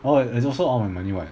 orh it's also all my money [what]